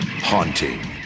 Haunting